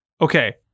Okay